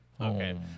Okay